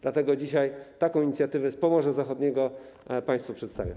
Dlatego dzisiaj taką inicjatywę z Pomorza Zachodniego państwu przedstawiam.